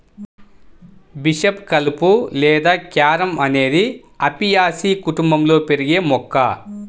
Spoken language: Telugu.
బిషప్ కలుపు లేదా క్యారమ్ అనేది అపియాసి కుటుంబంలో పెరిగే మొక్క